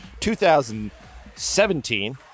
2017